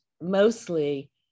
mostly